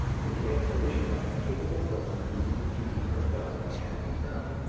to the exhibition of a capable person doing his duty as well as it can be done.